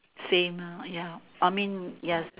same lah ya I mean yes